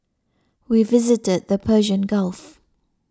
we visited the Persian Gulf